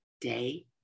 day